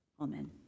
Amen